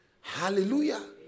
Hallelujah